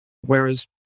whereas